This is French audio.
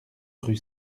rue